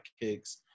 kicks